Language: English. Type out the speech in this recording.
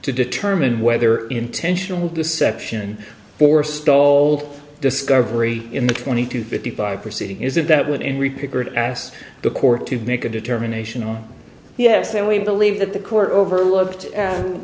to determine whether intentional deception or stalled discovery in the twenty two fifty five proceeding is it that would in repeated asked the court to make a determination oh yes and we believe that the court overlooked